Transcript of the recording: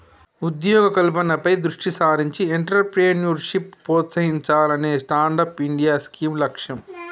ఉద్యోగ కల్పనపై దృష్టి సారించి ఎంట్రప్రెన్యూర్షిప్ ప్రోత్సహించాలనే స్టాండప్ ఇండియా స్కీమ్ లక్ష్యం